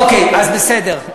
אוקיי, אז בסדר.